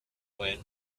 when